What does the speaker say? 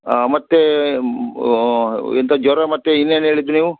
ಹಾಂ ಮತ್ತೆ ಎಂಥ ಜ್ವರ ಮತ್ತು ಇನ್ನೇನು ಹೇಳಿದ್ದು ನೀವು